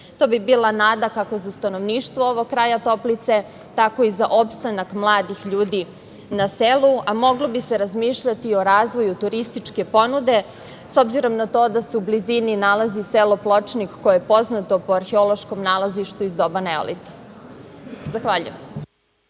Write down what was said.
bi bila nada kako za stanovništvo ovog kraja Toplice, tako i za opstanak mladih ljudi na selu, a moglo bi se razmišljati o razvoju turističke ponude, s obzirom na to da se blizini nalazi selo Pločnik, koje je poznato po arheološkom nalazištu iz doba neolita. Zahvaljujem.